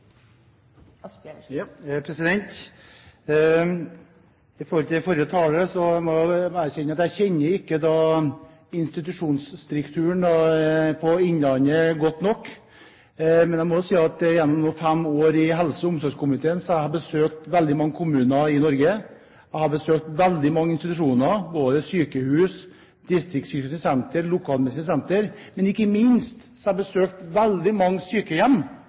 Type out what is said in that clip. I motsetning til forrige talere må jeg erkjenne at jeg ikke kjenner institusjonsstrukturen til Innlandet godt nok, men jeg må jo si at gjennom fem år i helse- og omsorgskomiteen har jeg besøkt veldig mange kommuner i Norge. Jeg har besøkt veldig mange institusjoner, både sykehus, distriktspsykiatriske sentre, lokalmedisinske sentre, men ikke minst har jeg besøkt veldig mange sykehjem